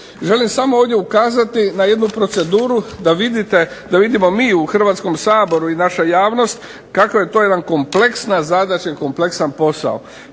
Želim samo ovdje ukazati na jednu proceduru da vidite, da vidimo mi u Hrvatskom saboru kako je to jedna kompleksna